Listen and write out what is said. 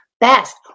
best